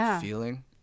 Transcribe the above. feeling